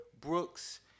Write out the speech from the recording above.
Brooks